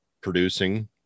producing